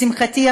לשמחתי,